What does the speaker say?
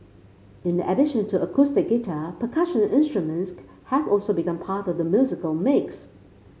in addition to acoustic guitar percussion instruments have also become part of the musical mix